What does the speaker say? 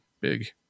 big